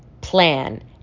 plan